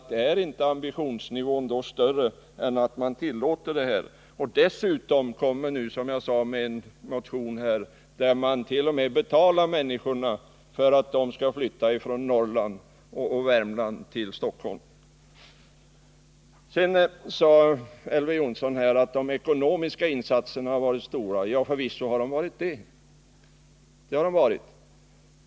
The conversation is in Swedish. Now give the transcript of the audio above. Är då ambitionsnivån inte högre än att man tillåter detta och dessutom väcker en motion, i vilken man föreslår att betala människorna i Norrland och Värmland för att de flyttar till Stockholm? Elver Jonsson sade också att de ekonomiska insatserna har varit stora — förvisso har de varit det.